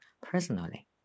personally